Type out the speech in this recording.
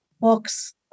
books